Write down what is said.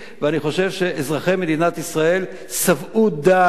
ואני חושב שאזרחי מדינת ישראל שבעו די,